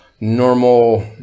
normal